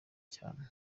cyane